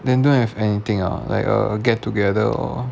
then don't have anything ah like a get together or